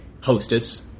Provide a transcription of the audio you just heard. Hostess